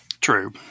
True